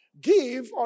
give